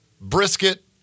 brisket